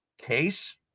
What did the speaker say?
case